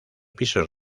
pisos